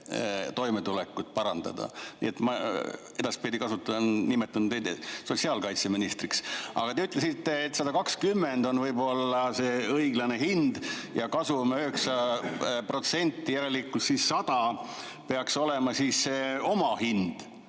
toimetulekut parandada. Nii et ma edaspidi nimetan teid sotsiaalkaitseministriks. Aga te ütlesite, et 120 on võib‑olla see õiglane hind ja kasum on 9%, järelikult 100 peaks olema omahind.